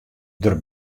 der